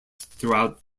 throughout